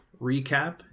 recap